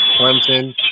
Clemson